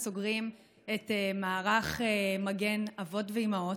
כי היום אנחנו סוגרים את מערך מגן אבות ואימהות,